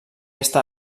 estar